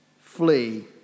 flee